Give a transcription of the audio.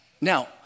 Now